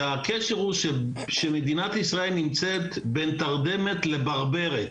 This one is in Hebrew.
שהקשר הוא שמדינת ישראל נמצאת בין תרדמת לברברת.